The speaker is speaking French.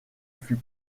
fut